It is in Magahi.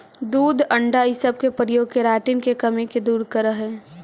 दूध अण्डा इ सब के प्रयोग केराटिन के कमी दूर करऽ हई